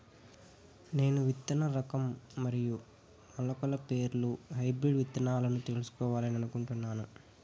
నేను విత్తన రకం మరియు మొలకల పేర్లు హైబ్రిడ్ విత్తనాలను తెలుసుకోవాలని అనుకుంటున్నాను?